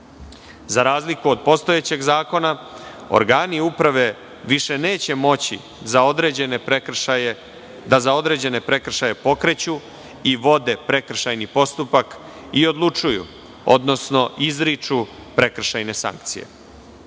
Za razliku od postojećeg zakona, organi uprave više neće moći za određene prekršaje da pokreću i vode prekršajni postupak i odlučuju, odnosno izriču prekršajne sankcije.